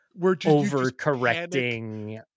overcorrecting